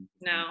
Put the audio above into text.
No